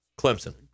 Clemson